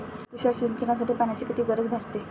तुषार सिंचनासाठी पाण्याची किती गरज भासते?